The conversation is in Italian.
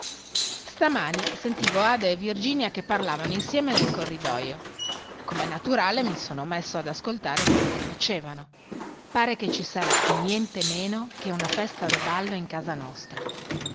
stamani sentivo ada e virginia che parlavano insieme nel corridoio com'è naturale mi sono messo ad ascoltare quello che dicevano pare che ci sarà nientemeno che una festa da ballo in casa nostra